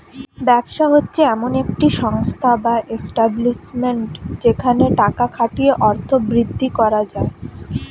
ব্যবসা হচ্ছে এমন একটি সংস্থা বা এস্টাব্লিশমেন্ট যেখানে টাকা খাটিয়ে অর্থ বৃদ্ধি করা যায়